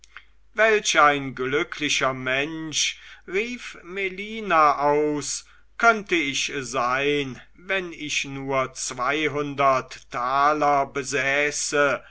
welch ein glücklicher mensch rief melina aus könnte ich sein wenn ich nur zweihundert taler besäße